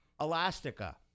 Elastica